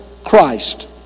Christ